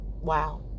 wow